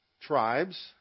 tribes